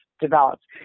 developed